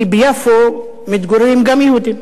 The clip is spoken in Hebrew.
כי ביפו מתגוררים גם יהודים